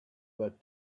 that